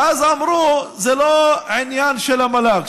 ואז אמרו: זה לא עניין של המל"ג,